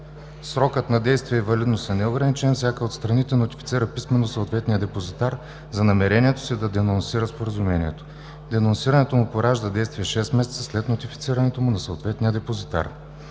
Срокът на действие и валидност е неограничен. Всяка от страните нотифицира писмено съответния депозитар за намерението си да денонсира Споразумението. Денонсирането му поражда действие шест месеца след нотифицирането му на съответния депозитар.